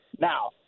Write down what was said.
Now